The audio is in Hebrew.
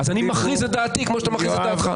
אז אני מכריז את דעתי כמו שאתה מכריז את דעתך.